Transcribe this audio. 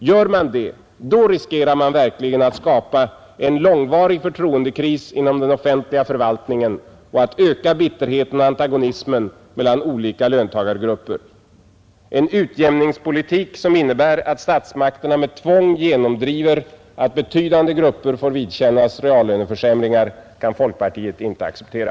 Gör man det riskerar man att skapa en långvarig förtroendekris inom den offentliga förvaltningen och öka bitterheten och antagonismen mellan olika löntagargrupper. En utjämningspolitik som innebär att statsmakterna med tvång genomdriver att betydande grupper får vidkännas betydande reallöneförsämringar kan folkpartiet inte acceptera.